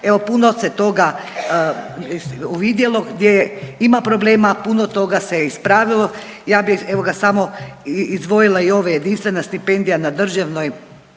Evo puno se toga uvidjelo gdje ima problema, puno toga se ispravilo. Ja bih evo ga samo izdvojila i ove jedinstvena stipendija na državnoj